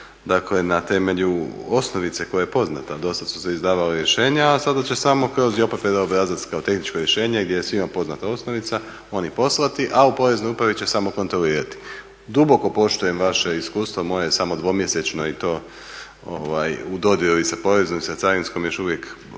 Dakle, na temelju osnovice koja je poznata, dosad su se izdavala rješenja, a sada će samo kroz JPPD obrazac, kao tehničko rješenje gdje je svima poznata osnovica oni poslati, a u Poreznoj upravi će samo kontrolirati. Duboko poštujem vaše iskustvo, moje je samo 2-mjesečno i to u dodiru i sa poreznom i sa carinskom još uvijek puno